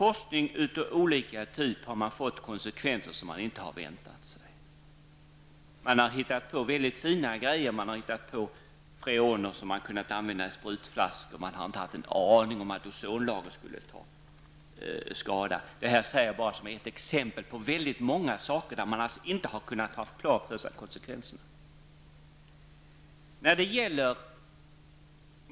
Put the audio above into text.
Forskning av olika typer har medför konsekvenser som man inte har väntat sig. Man har hittat på väldigt fina saker, t.ex. freoner som kunnat användas i sprutflaskor, men man har inte haft en aning om att ozonlagret skulle ta skada. Jag säger detta bara som ett exempel av många där man inte har haft konsekvenserna klara för sig.